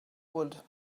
wood